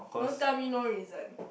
don't tell me no reason